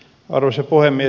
arvoisa puhemies